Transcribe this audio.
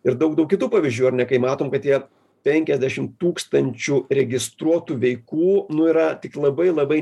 ir daug daug kitų pavyzdžių ar ne kai matom kad tie penkiasdešim tūkstančių registruotų veikų nu yra tik labai labai